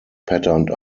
patterned